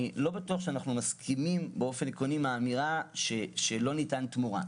אני לא בטוח שאנחנו מסכימים באופן עקרוני עם האמירה שלא ניתנת תמורה.